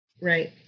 Right